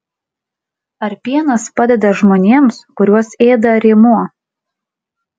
ar pienas padeda žmonėms kuriuos ėda rėmuo